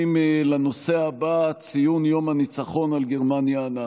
לנושא הבא, ציון יום הניצחון על גרמניה הנאצית.